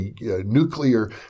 nuclear